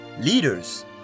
leaders